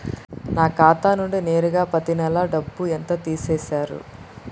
నా ఖాతా నుండి నేరుగా పత్తి నెల డబ్బు ఎంత తీసేశిర్రు?